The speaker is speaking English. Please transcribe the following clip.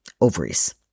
ovaries